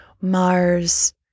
Mars